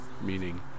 meaning